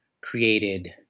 created